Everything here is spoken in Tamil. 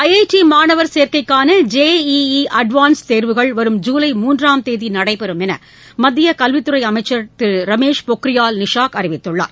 ஐஐடி மாணவர் சேர்க்கைக்கான ஜேஇஇ அட்வான்ஸ்டு தேர்வுகள் வரும் ஜூலை மூன்றாம் தேதி நடைபெறும் என்று மத்திய கல்வித்துறை அமைச்சர் திரு ரமேஷ் பொக்ரியால் நிஷாக் அறிவித்துள்ளார்